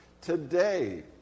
today